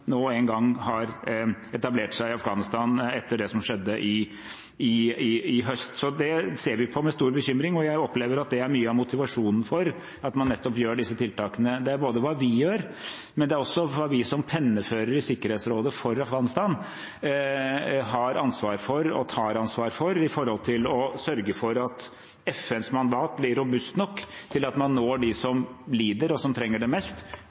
nå engang har etablert seg i Afghanistan etter det som skjedde i høst. Så det ser vi på med stor bekymring, og jeg opplever at det er mye av motivasjonen for at man nettopp gjør disse tiltakene. Det er både hva vi gjør og også hva vi som pennefører i Sikkerhetsrådet for Afghanistan har ansvar for og tar ansvar for opp mot å sørge for at FNs mandat blir robust nok til at man når dem som lider og som trenger det mest,